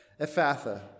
Ephatha